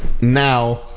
now